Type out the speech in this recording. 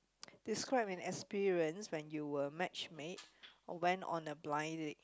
describe an experience when you were match made or went on a blind date